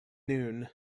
noon